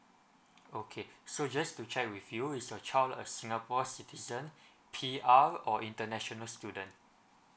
okay so just to check with you is your child a singapore citizen P_R or international student